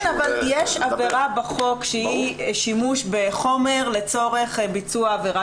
אבל יש עבירה בחוק שהיא שימוש בחומר לצורך ביצוע עבירת מין.